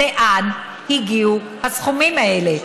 לאן הגיעו הסכומים האלה?